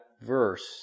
verse